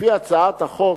לפי הצעת החוק,